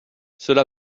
cela